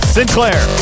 Sinclair